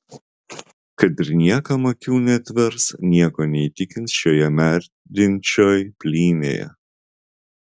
kad ir niekam akių neatvers nieko neįtikins šioje merdinčioj plynėje